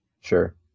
Sure